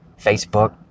Facebook